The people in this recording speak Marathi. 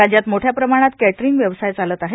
राज्यात मोठ्या प्रमाणात केटरिंग व्यवसाय चालक आहेत